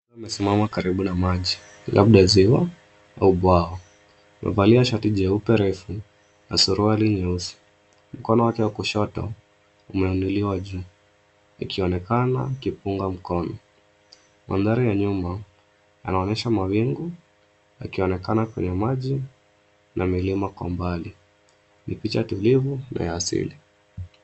Ni sehemu karibu na maji labda ziwa au bwawa. Amevalia shati jeupe refu na suruali nyeusi. Mkono wake wa kushoto umeinuliwa juu, akionekana akipunga mkono. Mandhari ya nyuma yanaonyesha mawingu, yakionekana kwenye maji na milima kwa mbali kwenye picha kamili yenye asili.